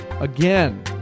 again